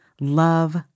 love